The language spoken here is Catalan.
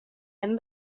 hem